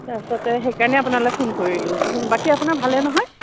আচলতে সেইকাৰণে আপোনালৈ ফোন কৰিলোঁ বাকী আপোনাৰ ভালে নহয়